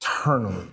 eternally